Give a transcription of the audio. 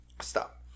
Stop